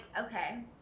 okay